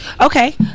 Okay